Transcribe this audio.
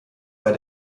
bei